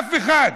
אף אחד.